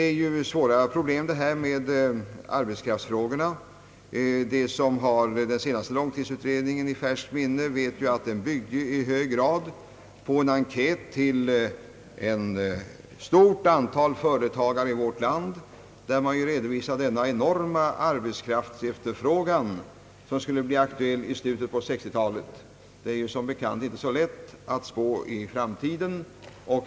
Arbetskraftsfrågorna är ju mycket svåra. Den som har den senaste långtidsutredningen i färskt minne vet att den i hög grad byggde på en enkät bland ett stort antal företagare i vårt land. Man redovisade där den enorma arbetskraftsefterfrågan som skulle bli aktuell i slutet på 1960-talet. Det är som bekant inte så lätt att spå om framtiden.